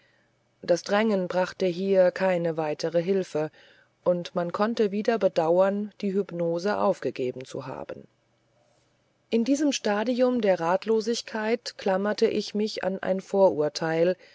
das drängen brachte hier keine weitere hilfe und man konnte wieder bedauern die hypnose aufgegeben zu haben in diesem stadium der ratlosigkeit klammerte ich mich an ein vorurteil